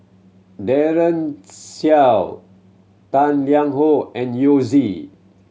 Daren Shiau Tang Liang Hong and Yao Zi